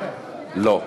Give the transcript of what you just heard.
לא.